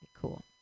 cool